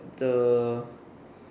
the